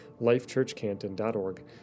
lifechurchcanton.org